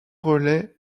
relais